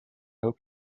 hope